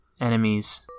enemies